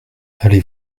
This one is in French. allez